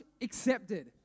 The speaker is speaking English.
accepted